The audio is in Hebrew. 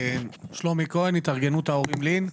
שלומי כהן, התארגנות ההורים לי"ן.